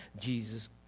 Jesus